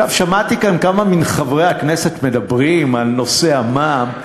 שמעתי כאן כמה מחברי הכנסת מדברים על נושא המע"מ.